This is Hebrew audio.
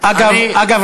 אגב,